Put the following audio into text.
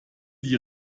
die